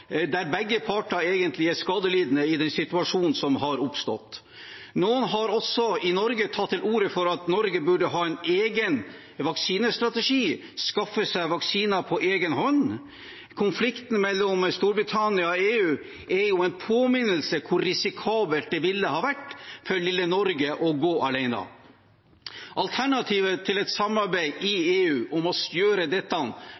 der begge parter egentlig er skadelidende i den situasjonen som har oppstått. Noen har også i Norge tatt til orde for at Norge burde ha en egen vaksinestrategi, skaffe seg vaksiner på egen hånd. Konflikten mellom Storbritannia og EU er en påminnelse om hvor risikabelt det ville ha vært for lille Norge å gå alene. Alternativet til et samarbeid i